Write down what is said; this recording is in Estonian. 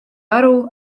aru